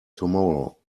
tomorrow